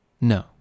No